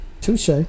Touche